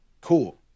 cool